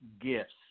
gifts